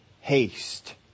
haste